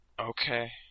Okay